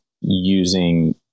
using